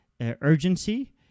urgency